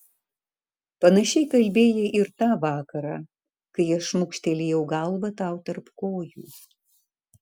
panašiai kalbėjai ir tą vakarą kai aš šmukštelėjau galvą tau tarp kojų